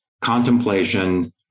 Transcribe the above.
contemplation